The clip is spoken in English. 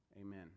Amen